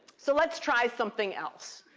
so let's try something else.